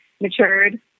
matured